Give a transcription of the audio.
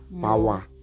power